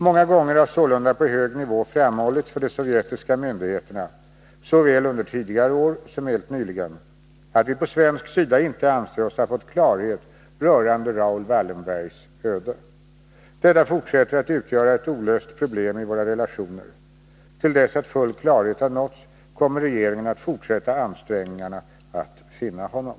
Många gånger har sålunda på hög nivå framhållits för de sovjetiska myndigheterna, såväl under tidigare år som helt nyligen, att vi på svensk sida inte anser oss ha fått klarhet rörande Raoul Wallenbergs öde. Detta fortsätter att utgöra ett olöst problem i våra relationer. Till dess att full klarhet har nåtts kommer regeringen att fortsätta ansträngningarna att finna honom.